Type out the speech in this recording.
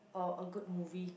or a good movie